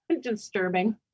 disturbing